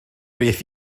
beth